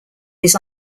his